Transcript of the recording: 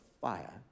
fire